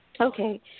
Okay